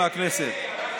מהכנסת,